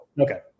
Okay